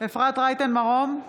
אפרת רייטן מרום,